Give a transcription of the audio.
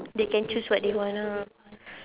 they can choose what they want ah